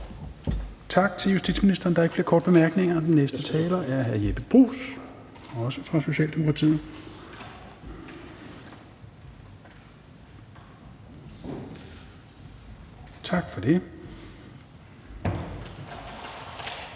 Tak til justitsministeren. Der er ikke flere korte bemærkninger. Den næste taler er hr. Jeppe Bruus, også fra Socialdemokratiet. Værsgo. Kl.